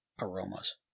aromas